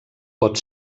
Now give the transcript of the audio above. pot